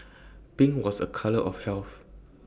pink was A colour of health